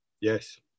Yes